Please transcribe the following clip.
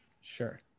Sure